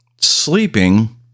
sleeping